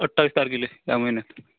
अठ्ठावीस तारखेला या महिन्यात